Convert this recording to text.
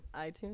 iTunes